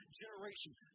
generations